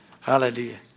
Hallelujah